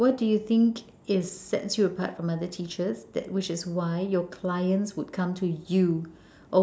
what do you think it sets you apart from other teachers that which is why your clients will come to you